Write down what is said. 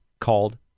called